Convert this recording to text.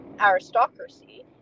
aristocracy